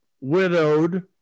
widowed